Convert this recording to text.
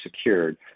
secured